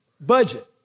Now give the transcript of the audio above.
Budget